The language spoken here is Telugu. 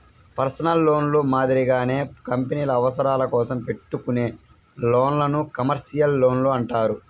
పర్సనల్ లోన్లు మాదిరిగానే కంపెనీల అవసరాల కోసం పెట్టుకునే లోన్లను కమర్షియల్ లోన్లు అంటారు